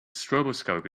stroboscope